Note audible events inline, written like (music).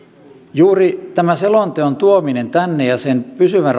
juuri tämä selonteon tuominen tänne ja toivottavasti syntyvä pysyvä (unintelligible)